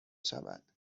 شود